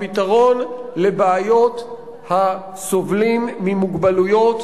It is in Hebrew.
הפתרון לבעיות הסובלים ממוגבלויות,